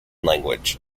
language